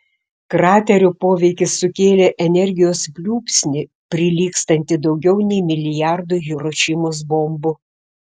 kraterio poveikis sukėlė energijos pliūpsnį prilygstantį daugiau nei milijardui hirošimos bombų